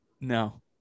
No